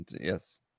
Yes